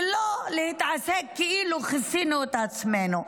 ולא להתעסק כאילו כיסינו את עצמנו.